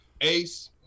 ace